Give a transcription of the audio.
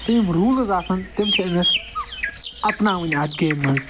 تہٕ یِم روٗلٕز آسَن تِم چھِ أمِس اپناوٕنۍ اَتھ گیمہِ منٛز